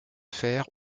fer